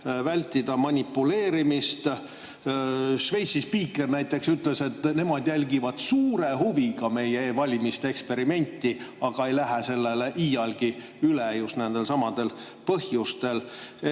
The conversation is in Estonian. vältida manipuleerimist. Šveitsi spiiker näiteks ütles, et nemad jälgivad suure huviga meie e‑valimiste eksperimenti, aga ei lähe sellele iialgi üle just nendelsamadel põhjustel.